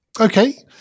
Okay